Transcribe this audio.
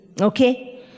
Okay